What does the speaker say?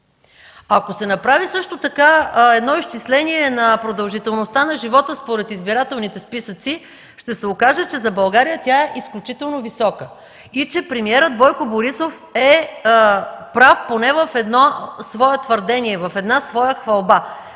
Ако се направи също така едно изчисление на продължителността на живота, според избирателните списъци, ще се окаже, че за България тя е изключително висока и, че премиерът Бойко Борисов е прав поне в едно свое твърдение, в едно своя хвалба,